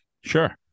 Sure